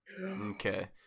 okay